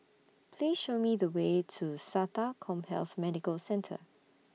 Please Show Me The Way to Sata Commhealth Medical Centre